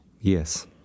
Yes